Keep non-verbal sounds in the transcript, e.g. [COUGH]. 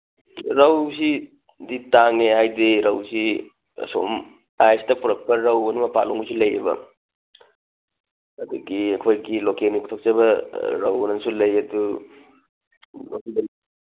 ꯔꯧꯁꯤꯗꯤ ꯇꯥꯡꯉꯤ ꯍꯥꯏꯗꯤ ꯔꯧꯁꯤ ꯑꯁꯣꯝ ꯇꯥꯏꯁꯇ ꯄꯨꯔꯛꯄ ꯔꯧꯑꯅ ꯃꯄꯥꯜꯂꯣꯝꯒꯤꯁꯨ ꯂꯩꯌꯦꯕ ꯑꯗꯒꯤ ꯑꯩꯈꯣꯏꯒꯤ ꯂꯣꯀꯦꯜꯒꯤ ꯄꯨꯊꯣꯛꯆꯕ ꯔꯧꯑꯅꯁꯨ ꯂꯩ ꯑꯗꯨ [UNINTELLIGIBLE]